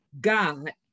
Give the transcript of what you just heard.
god